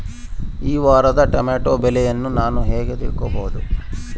ಈ ವಾರದ ಟೊಮೆಟೊ ಬೆಲೆಯನ್ನು ನಾನು ಹೇಗೆ ತಿಳಿಯಬಹುದು?